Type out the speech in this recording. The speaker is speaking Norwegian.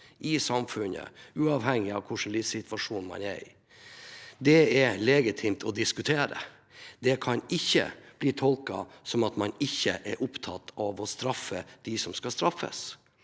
i samfunnet, uavhengig av hvilken livssituasjon man er i. Det er det legitimt å diskutere. Det kan ikke bli tolket som at man ikke er opptatt av å straffe dem som skal straffes.